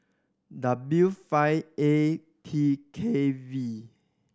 W five A T K V